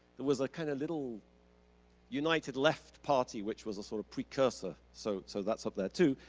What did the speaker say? there was a kind of little united left party which was a sort of precursor, so so that's up there too,